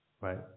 right